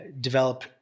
develop